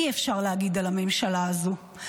אי-אפשר להגיד על הממשלה הזו,